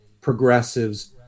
progressives